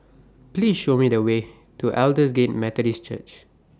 Please Show Me The Way to Aldersgate Methodist Church